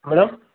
madam